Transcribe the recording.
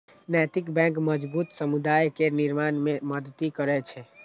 नैतिक बैंक मजबूत समुदाय केर निर्माण मे मदति करै छै